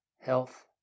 health